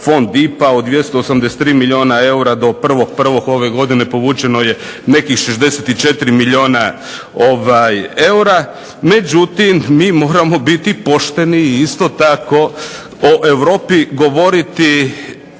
fond IPA od 283 milijuna eura. Do 1.1. ove godine povućeno je nekih 64 milijuna eura. Međutim, mi moramo biti pošteno i isto tako o Europi govoriti